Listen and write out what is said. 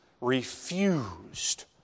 refused